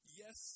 yes